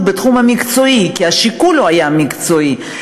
בתחום המקצועי כי השיקול היה מקצועי.